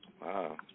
Wow